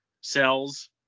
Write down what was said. cells